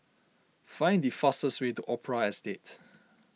find the fastest way to Opera Estate